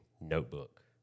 notebook